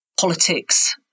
politics